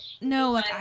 no